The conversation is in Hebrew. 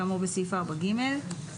כאמור בסעיף קטן (ג)(4).